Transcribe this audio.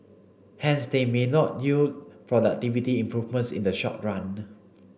hence they may not yield productivity improvements in the short run